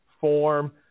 form